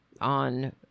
on